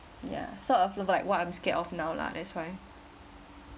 yeah sort of look like what I'm scared of now lah that's why